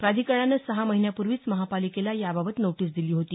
प्राधिकरणानं सहा महिन्यापूर्वीच महापालिकेला याबाबत नोटीस दिली होती